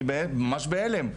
אני ממש בהלם.